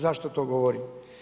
Zašto to govorim?